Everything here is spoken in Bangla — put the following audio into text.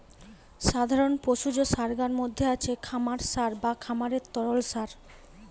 সাধারণ পশুজ সারগার মধ্যে আছে খামার সার বা খামারের তরল সার